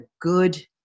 good